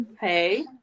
hey